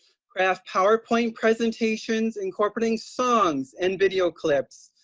have powerpoint presentations incorporating songs and video clips,